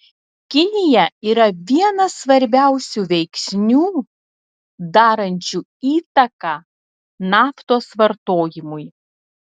kinija yra vienas svarbiausių veiksnių darančių įtaką naftos vartojimui